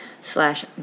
slash